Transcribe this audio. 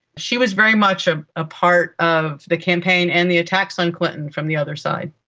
she was very much a ah part of the campaign and the attacks on clinton from the other side.